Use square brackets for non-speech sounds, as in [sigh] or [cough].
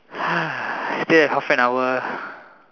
[noise] still have half an hour